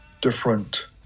different